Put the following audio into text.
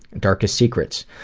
darkest secret?